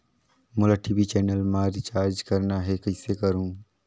मोला TV channel मा recharge करना हे, कइसे करहुँ?